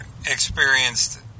experienced